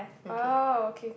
okay